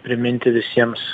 priminti visiems